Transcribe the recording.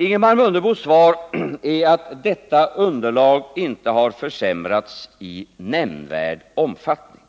Ingemar Mundebos svar är att detta underlag inte har försämrats i nämnvärd omfattning.